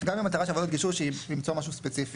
גם אם המטרה של עבודות הגישוש היא למצוא משהו ספציפי.